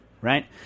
Right